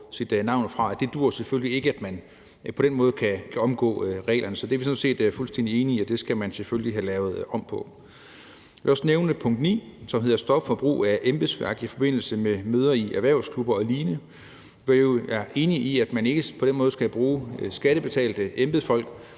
Det duer selvfølgelig ikke, at man på den måde kan omgå reglerne, så vi er sådan set fuldstændig enige i, at man skal have lavet om på det. Jeg vil også nævne punkt 9, som hedder »Brug af embedsværk i forbindelse med møder i »erhvervsklubber« og lign. forbydes«. Vi er enige i, at man ikke på den måde skal bruge skattebetalte embedsfolk